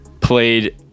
played